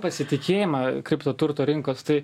pasitikėjimą kripto turto rinkos tai